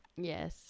Yes